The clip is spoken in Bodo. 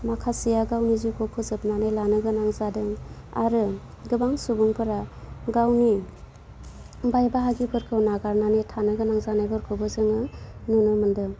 माखासेया गावनि जिउखौ फोजोबनानै लानो गोनां जादों आरो गोबां सुबुंफोरा गावनि बाइ बाहागिफोरखौ नागारनानै थानो गोनां जानायफोरखौबो जोङो नुनो मोनदों